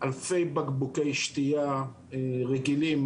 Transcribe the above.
אלפי בקבוקי שתייה רגילים,